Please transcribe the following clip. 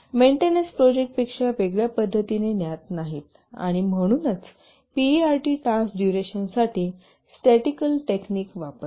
maintenance प्रोजेक्टपेक्षा वेगळ्या पद्धतीने ज्ञात नाहीत आणि म्हणून पीईआरटी टास्क डुरेशनसाठी स्टेटटिकल टेक्निक वापरते